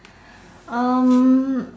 um